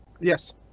Yes